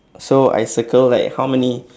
so I circle like how many